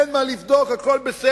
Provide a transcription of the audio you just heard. אין מה לבדוק, הכול בסדר.